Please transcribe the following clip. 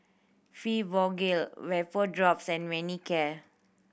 Fibogel Vapodrops and Manicare